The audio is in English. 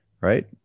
right